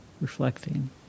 reflecting